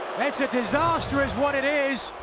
that's a disaster is what it is.